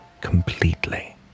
completely